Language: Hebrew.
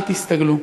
אל תסתגלו.